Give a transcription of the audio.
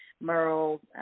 Merle